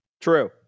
True